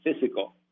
physical